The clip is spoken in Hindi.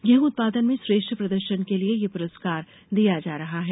गेहूं उत्पादन में श्रेष्ठ प्रदर्शन के लिए ये पुरस्कार दिया जा रहा है